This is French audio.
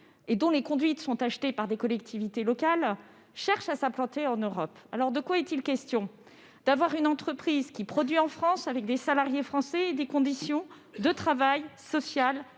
et dont les conduites sont achetées par des collectivités locales, cherchent aujourd'hui à s'implanter eu Europe. De quoi est-il question ? D'avoir une entreprise qui produit en France avec des salariés français, dans des conditions de travail, des